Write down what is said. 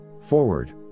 Forward